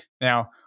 Now